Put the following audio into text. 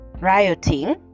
rioting